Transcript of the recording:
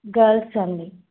girls అండి